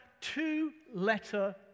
two-letter